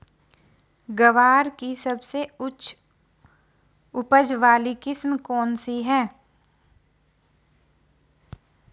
ग्वार की सबसे उच्च उपज वाली किस्म कौनसी है?